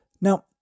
Now